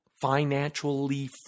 financially